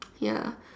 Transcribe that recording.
ya